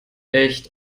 echt